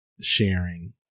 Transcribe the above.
sharing